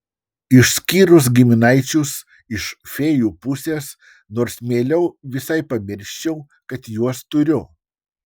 išskyrus giminaičius iš fėjų pusės nors mieliau visai pamirščiau kad juos turiu